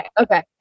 Okay